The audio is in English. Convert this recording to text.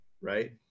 right